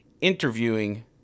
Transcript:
interviewing